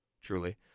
truly